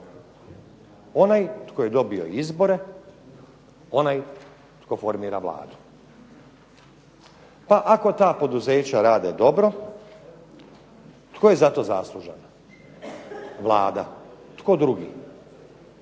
Onaj tko je dobio izbore, onaj tko formira Vladu. Pa ako ta poduzeća rade dobro tko je za to zaslužan. Vlada! Tko drugi.